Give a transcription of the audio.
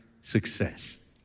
success